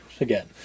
again